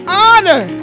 honor